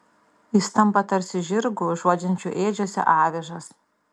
jis tampa tarsi žirgu užuodžiančiu ėdžiose avižas